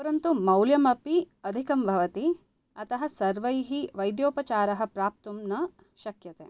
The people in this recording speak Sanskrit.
परन्तु मौल्यमपि अधिकं भवति अतः सर्वैः वैद्योपचारः प्राप्तुं न शक्यते